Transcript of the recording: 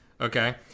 Okay